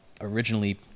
originally